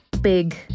big